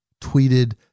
tweeted